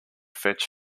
fetch